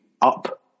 up